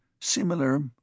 similar